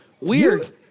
weird